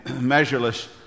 measureless